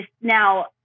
now